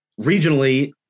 Regionally